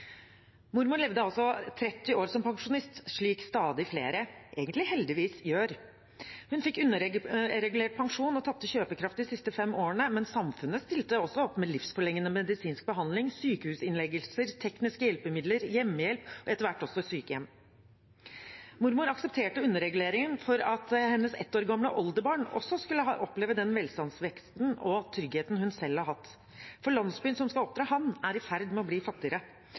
Mormor levde altså 30 år som pensjonist, slik stadig flere egentlig heldigvis gjør. Hun fikk underregulert pensjon og tapte kjøpekraft de siste fem årene, men samfunnet stilte også opp med livsforlengende medisinsk behandling, sykehusinnleggelser, tekniske hjelpemidler, hjemmehjelp og etter hvert også sykehjem. Mormor aksepterte underreguleringen for at hennes ett år gamle oldebarn også skulle få oppleve den velstandsveksten og tryggheten hun selv har hatt. For landsbyen som skal oppdra ham, er i ferd med å bli fattigere,